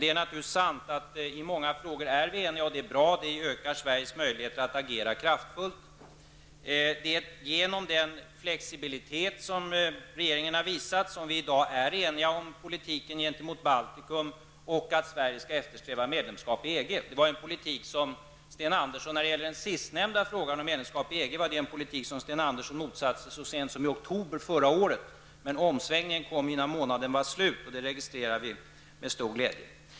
Det är naturligtvis sant att vi är eniga i många frågor, och det är bra. Det ökar Sveriges möjligheter att agera kraftfullt. Det är genom den flexibilitet som regeringen har visat som vi i dag är eniga om politiken gentemot Baltikum och att Sverige skall eftersträva medlemskap i EG. När det gäller den sistnämnda frågan, nämligen den om medlemskap i EG, var detta en politik som Sten Andersson motsatte sig så sent som i oktober förra året. Men omsvängningen kom innan månaden var slut, och det registrerar vi med stor glädje.